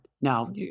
Now